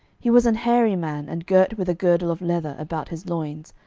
he was an hairy man, and girt with a girdle of leather about his loins.